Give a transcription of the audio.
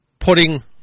putting